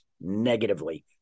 negatively